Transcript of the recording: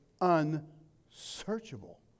unsearchable